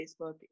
Facebook